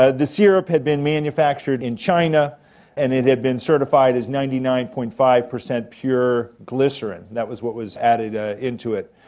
ah the syrup had been manufactured in china and it had been certified as ninety nine. five percent pure glycerine, that was what was added ah into it.